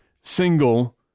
single